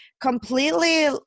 completely